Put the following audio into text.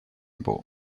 был